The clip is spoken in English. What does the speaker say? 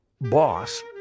boss